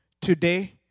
today